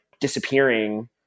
disappearing